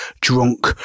drunk